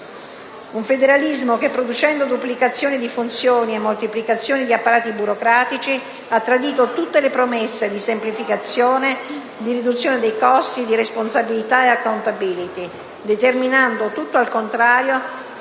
Un federalismo che producendo duplicazioni di funzioni e moltiplicazioni di apparati burocratici ha tradito tutte le promesse di semplificazione, di riduzione dei costi, di responsabilità e *accountability*, determinando al contrario